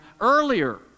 earlier